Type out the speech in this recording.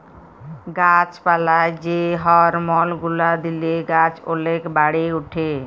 গাছ পালায় যে হরমল গুলা দিলে গাছ ওলেক বাড়ে উঠে